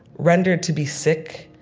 rendered to be sick,